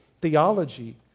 theology